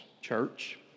church